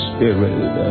Spirit